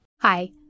Hi